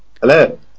Hello